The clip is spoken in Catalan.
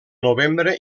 novembre